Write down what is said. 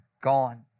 gone